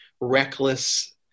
reckless